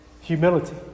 Humility